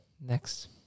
next